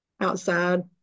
outside